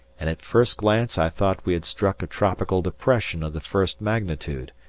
and at first glance i thought we had struck a tropical depression of the first magnitude,